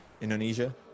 Indonesia